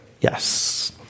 Yes